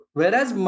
whereas